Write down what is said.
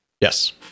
Yes